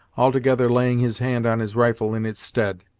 altogether laying his hand on his rifle in its stead.